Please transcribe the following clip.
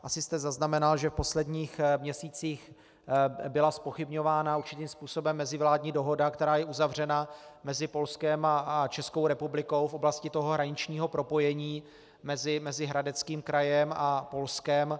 Asi jste zaznamenal, že v posledních měsících byla zpochybňována určitým způsobem mezivládní dohoda, která je uzavřena mezi Polskem a Českou republikou v oblasti hraničního propojení mezi hradeckým krajem a Polskem.